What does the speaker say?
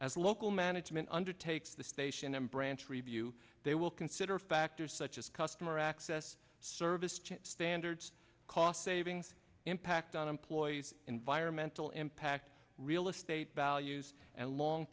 as local management undertakes the station and branch review they will consider factors such as customer access service change standards cost saving impact on employees environmental impact real estate values and long